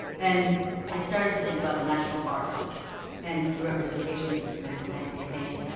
and i started to think about the national parks and the representations of american landscape painting.